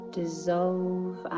dissolve